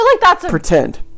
pretend